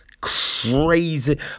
crazy